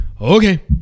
Okay